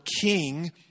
king